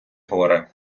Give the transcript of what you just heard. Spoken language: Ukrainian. горе